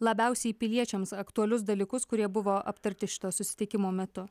labiausiai piliečiams aktualius dalykus kurie buvo aptarti šito susitikimo metu